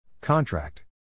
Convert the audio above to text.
Contract